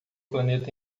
planeta